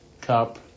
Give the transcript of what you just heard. cup